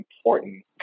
important